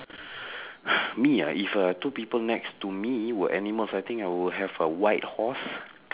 me ah if uh two people next to me were animals I think I will have a white horse